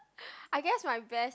I guess my best